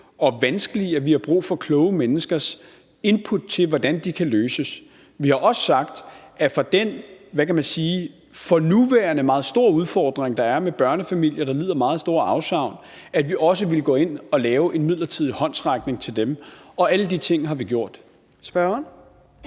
og vanskelige, at vi har brug for kloge menneskers input til, hvordan de kan løses. Vi har også sagt, at i forhold til den for nuværende meget store udfordring, der er med børnefamilier, som lider meget store afsavn, vil vi også gå ind og lave en midlertidig håndsrækning til dem. Og alle de ting har vi gjort. Kl.